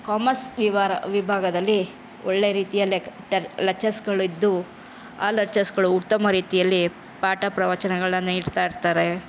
commerce ವಿವರ ವಿಭಾಗದಲ್ಲಿ ಒಳ್ಳೆಯ ರೀತಿಯಲ್ಲಿ ಲೆಕ್ಚರ್ಸುಗಳಿದ್ದು ಆ ಲೆಚ್ಚರ್ಸುಗಳು ಉತ್ತಮ ರೀತಿಯಲ್ಲಿ ಪಾಠ ಪ್ರವಚನಗಳನ್ನು ಹೇಳ್ತಾ ಇರ್ತಾರೆ